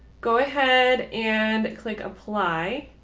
go ahead and click apply.